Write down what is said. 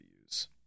use